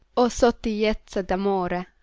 o sottigliezza d'amore!